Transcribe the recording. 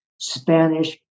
Spanish